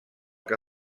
que